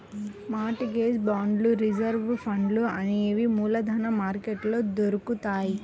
mart gauge బాండ్లు reserve ఫండ్లు అనేవి మూలధన మార్కెట్లో దొరుకుతాయ్